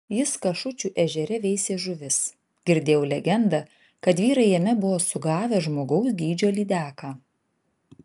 jis kašučių ežere veisė žuvis girdėjau legendą kad vyrai jame buvo sugavę žmogaus dydžio lydeką